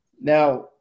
Now